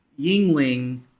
yingling